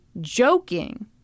joking